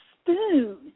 spoon